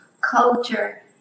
culture